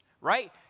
right